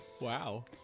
Wow